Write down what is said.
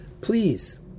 Please